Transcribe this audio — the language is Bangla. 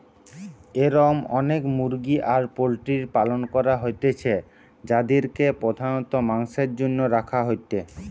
এরম অনেক মুরগি আর পোল্ট্রির পালন করা হইতিছে যাদিরকে প্রধানত মাংসের জন্য রাখা হয়েটে